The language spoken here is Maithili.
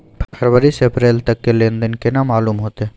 फरवरी से अप्रैल तक के लेन देन केना मालूम होते?